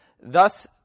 Thus